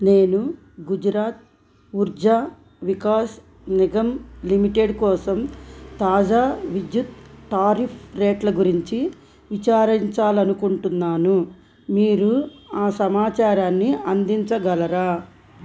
నేను గుజరాత్ ఉర్జా వికాస్ నిగమ్ లిమిటెడ్ కోసం తాజా విద్యుత్ టారిఫ్ రేట్ల గురించి విచారించాలి అనుకుంటున్నాను మీరు ఆ సమాచారాన్ని అందించగలరా